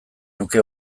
nuke